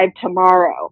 tomorrow